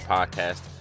Podcast